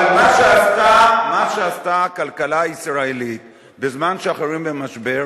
אבל מה שעשתה הכלכלה הישראלית בזמן שהאחרים היו במשבר,